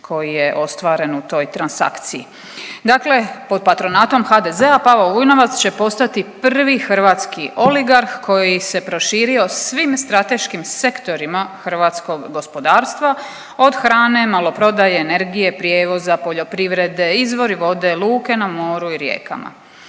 koji je ostvaren u toj transakciji. Dakle pod patronatom HDZ-a Pavao Vujnovac će postati prvi hrvatski oligarh koji se proširio svim strateškim sektorima hrvatskog gospodarstva, od hrane, maloprodaje, energije, prijevoza, poljoprivrede, izvori vode, luke na moru i rijekama.